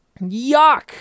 Yuck